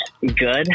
Good